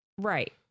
Right